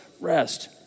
rest